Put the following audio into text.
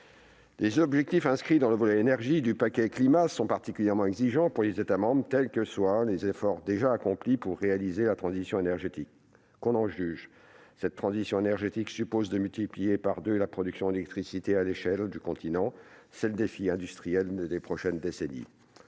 Les objectifs inscrits dans le volet énergie du paquet climat sont particulièrement exigeants pour les États membres, quels que soient les efforts déjà accomplis pour réaliser la transition énergétique. Qu'on en juge : cette transition énergétique suppose de multiplier par deux la production d'électricité à l'échelle du continent ; c'est le défi industriel des prochaines décennies.